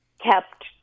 kept